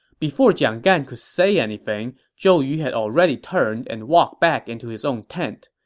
before jiang gan could say anything, zhou yu had already turned and walked back into his own tent.